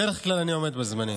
בדרך כלל אני עומד בזמנים.